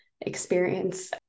experience